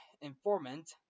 informant